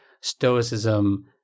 stoicism